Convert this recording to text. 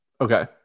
Okay